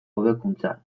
hobekuntza